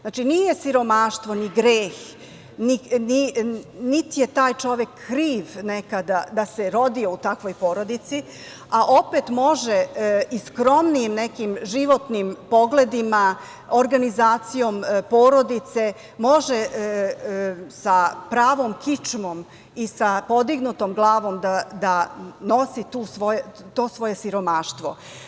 Znači, nije siromaštvo ni greh, niti je taj čovek kriv nekada da se rodi u takvoj porodici, a opet može i skromnijim nekim životnim pogledima, organizacijom porodice može sa pravom kičmom i sa podignutom glavom da nosi to svoje siromaštvo.